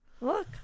Look